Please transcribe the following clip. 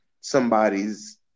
somebody's